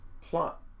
plot